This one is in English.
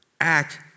act